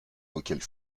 auxquels